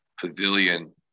pavilion